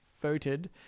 Voted